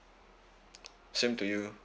same to you